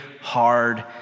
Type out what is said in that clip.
hard